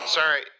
Sorry